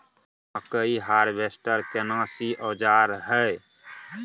मकई हारवेस्टर केना सी औजार हय?